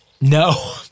No